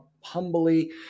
humbly